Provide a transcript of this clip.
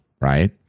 right